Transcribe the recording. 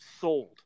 sold